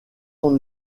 son